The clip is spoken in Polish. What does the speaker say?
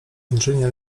inżynier